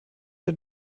der